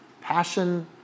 passion